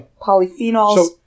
polyphenols